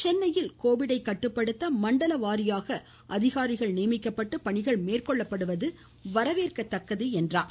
சென்னையில் கோவிட்டை கட்டுப்படுத்த மண்டல வாரியாக அதிகாரிகள் நியமிக்கப்பட்டு பணிகள் மேற்கொள்ளப்படுவது வரவேற்கத்தக்கது என்றார்